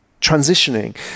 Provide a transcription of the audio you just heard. transitioning